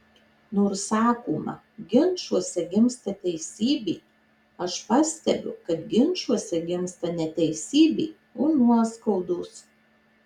nors sakoma ginčuose gimsta teisybė aš pastebiu kad ginčuose gimsta ne teisybė o nuoskaudos